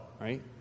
right